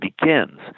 begins